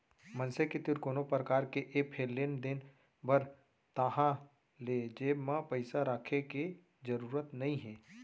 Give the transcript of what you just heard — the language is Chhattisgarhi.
मनसे के तीर कोनो परकार के ऐप हे लेन देन बर ताहाँले जेब म पइसा राखे के जरूरत नइ हे